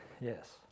Yes